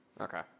Okay